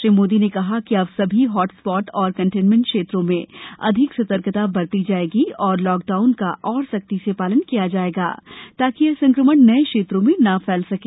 श्री मोदी ने कहा कि अब सभी हॉट स्पॉट तथा कंटेनमेण्ट क्षेत्रों में अधिक सतर्कता बरती जायेगी और लॉकडाउन का और सख्ती से पालन किया जायेगा ताकि यह संक्रमण नये क्षेत्रों में न फैल सके